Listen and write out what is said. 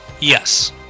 Yes